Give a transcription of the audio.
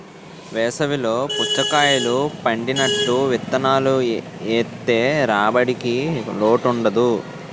వేసవి లో పుచ్చకాయలు పండినట్టు విత్తనాలు ఏత్తె రాబడికి లోటుండదు